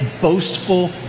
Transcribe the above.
boastful